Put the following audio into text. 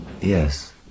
Yes